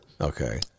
okay